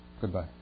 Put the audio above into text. Goodbye